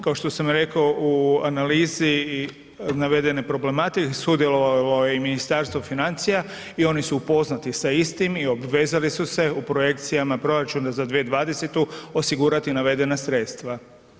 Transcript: Kao što sam rekao u analizi i navedene problematike, sudjelovalo je Ministarstvo financija i oni su upoznati sa istim i obvezali su se u projekcijama proračuna za 2020. osigurati navedena sredstva.